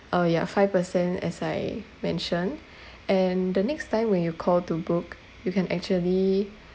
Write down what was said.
oh yeah five per cent as I mentioned and the next time when you call to book you can actually